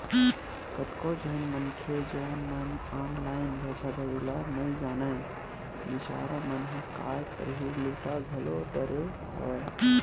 कतको झन मनखे जउन मन ऑनलाइन धोखाघड़ी ल नइ जानय बिचारा मन ह काय करही लूटा घलो डरे हवय